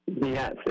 Yes